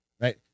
right